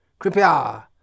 kripya